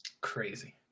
Crazy